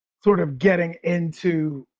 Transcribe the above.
sort of getting into,